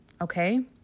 okay